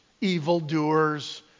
evildoers